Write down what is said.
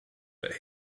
but